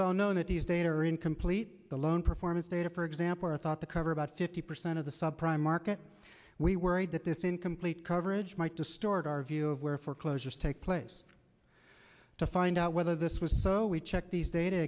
well known that these data are incomplete the loan performance data for example are thought to cover about fifty percent of the subprime market we worried that this incomplete coverage might distort our view of where foreclosures take place to find out whether this was so we check these data